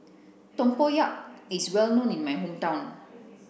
Tempoyak is well known in my hometown